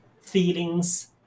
feelings